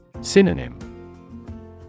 Synonym